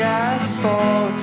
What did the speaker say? asphalt